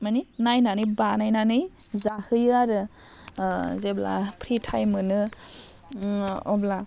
माने नायनानै बानायनानै जाहोयो आरो जेब्ला फ्रि टाइम मोनो उम अब्ला